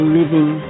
living